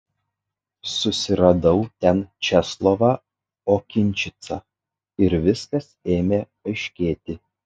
susiradau ten česlovą okinčicą ir viskas ėmė aiškėti